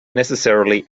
necessarily